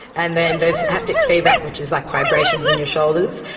and then there's haptic feedback, which is like vibrations in your shoulders,